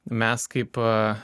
mes kaip